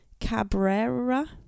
Cabrera